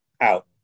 out